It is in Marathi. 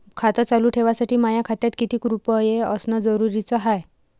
खातं चालू ठेवासाठी माया खात्यात कितीक रुपये असनं जरुरीच हाय?